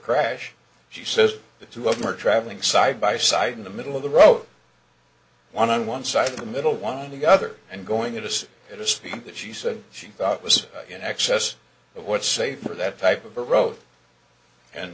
crash she says the two of them were traveling side by side in the middle of the wrote one on one side the middle one on the other and going to sit at a speed that she said she thought was in excess of what's safe for that type of a road and